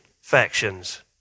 factions